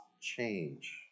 change